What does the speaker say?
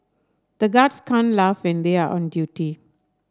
the guards can't laugh when they are on duty